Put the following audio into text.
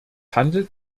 handelte